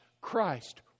Christ